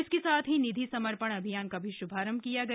इसके साथ ही निधि समर्पण अभियान का श्भारंभ किया गया